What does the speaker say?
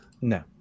No